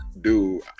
Dude